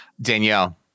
Danielle